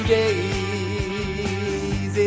days